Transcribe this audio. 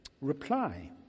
Reply